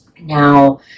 Now